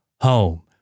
home